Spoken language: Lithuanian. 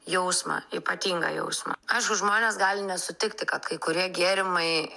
jausmą ypatingą jausmą aišku žmonės gali nesutikti kad kai kurie gėrimai